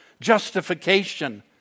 Justification